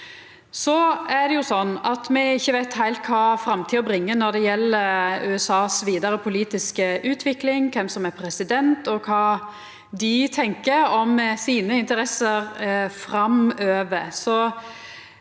Me veit ikkje heilt kva framtida bringer når det gjeld USAs vidare politiske utvikling, kven som er president, og kva dei tenkjer om sine interesser framover.